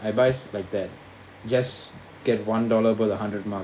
I buy like that just get one dollar above the hundred mark